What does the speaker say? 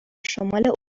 شمال